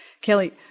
Kelly